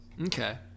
Okay